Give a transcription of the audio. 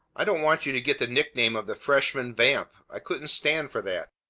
i don't want you to get the nickname of the freshman vamp. i couldn't stand for that.